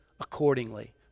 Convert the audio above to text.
accordingly